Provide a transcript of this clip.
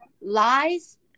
lies